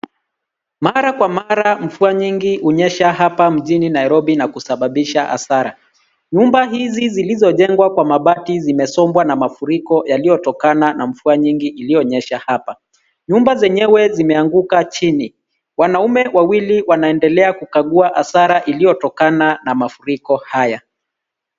Mara kwa mara mvua nyingi hunyesha hapa mjini Nairobi na kusababisha hasara . Nyumba hizi zilizo jengwa kwa mabati zimesombwa na mafuriko yaliyotokana na mvua nyingi iliyonyesha hapa. Nyumba zenyewe zimeanguka chini . Wanaume wawili wanaendelea kukagua hasara iliyo tokana na mafuriko haya.